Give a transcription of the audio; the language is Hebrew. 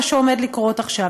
מה שעומד לקרות עכשיו,